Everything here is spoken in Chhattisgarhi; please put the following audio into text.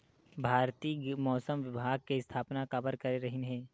भारती मौसम विज्ञान के स्थापना काबर करे रहीन है?